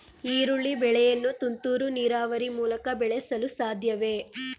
ಈರುಳ್ಳಿ ಬೆಳೆಯನ್ನು ತುಂತುರು ನೀರಾವರಿ ಮೂಲಕ ಬೆಳೆಸಲು ಸಾಧ್ಯವೇ?